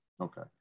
okay